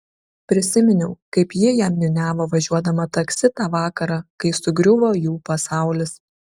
prisiminiau kaip ji jam niūniavo važiuodama taksi tą vakarą kai sugriuvo jų pasaulis